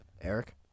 Eric